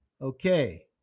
Okay